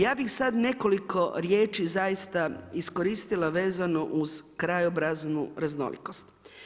Ja bih sad nekoliko riječi zaista iskoristila vezano uz krajobraznu raznolikost.